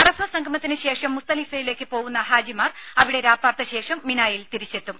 അറഫ സംഗമത്തിന് ശേഷം മുസ്ദലിഫയിലേക്കാണ് പോവുന്ന ഹാജിമാർ അവിടെ രാപ്പാർത്ത ശേഷം മിനായിൽ തിരിച്ചെത്തും